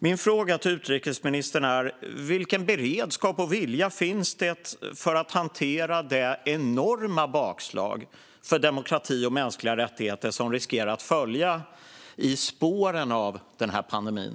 Min fråga till utrikesministern är: Vilken beredskap och vilken vilja finns det att hantera det enorma bakslag för demokrati och mänskliga rättigheter som riskerar att följa i spåren av pandemin?